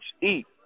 eat